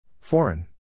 Foreign